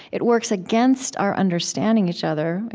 it works against our understanding each other,